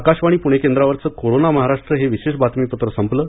आकाशवाणी पूणे केंद्रावरचं कोरोना महाराष्ट हे विशेष बातमीपत्र संपलं